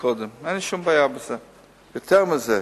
יותר מזה,